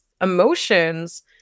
emotions